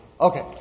Okay